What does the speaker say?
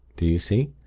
do you see?